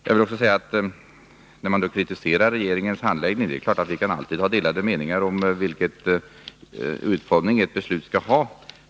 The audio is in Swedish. Här har framförts kritik mot regeringens handläggning, och vi kan givetvis alltid ha delade meningar om vilken utformning ett beslut skall ha.